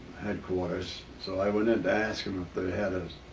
headquarters. so i went in to ask them if they had a